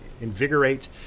invigorate